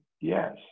yes